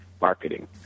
Marketing